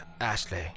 Ashley